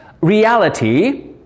reality